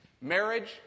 Marriage